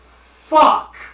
Fuck